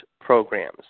programs